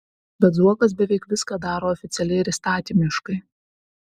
bet zuokas beveik viską daro oficialiai ir įstatymiškai